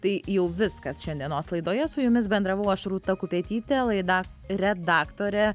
tai jau viskas šiandienos laidoje su jumis bendravau aš rūta kupetytė laida redaktorė